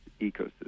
ecosystem